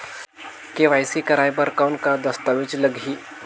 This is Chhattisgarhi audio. के.वाई.सी कराय बर कौन का दस्तावेज लगही?